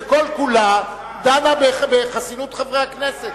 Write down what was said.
וכל כולה היא דנה בחסינות חברי הכנסת.